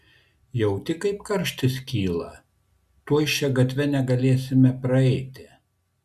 jauti kaip karštis kyla tuoj šia gatve negalėsime praeiti